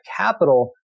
capital